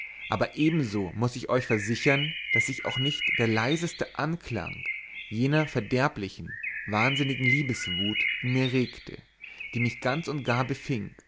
aber ebenso muß ich euch versichern daß sich auch nicht der leiseste anklang jener verderblichen wahnsinnigen liebeswut in mir regte die mich ganz und gar befing